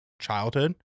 childhood